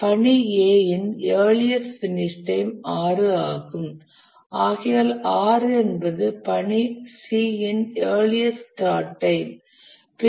பணி A இன் earliest finish time 6 ஆகும் ஆகையால் 6 என்பது பணி C இன் இயர்லியஸ்ட் ஸ்டார்ட் டைம்